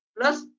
plus